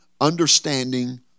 understanding